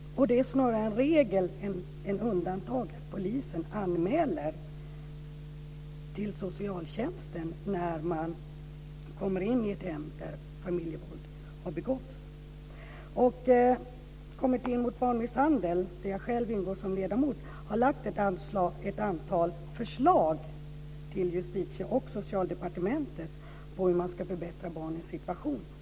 Det är snarare regel än undantag att polisen anmäler till socialtjänsten när man kommer in i ett hem där familjevåld har begåtts. Kommittén mot barnmisshandel, där jag själv ingår som ledamot, har lagt fram ett antal förslag till Justitie och Socialdepartementen på hur man ska förbättra barnens situation.